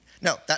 No